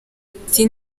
ati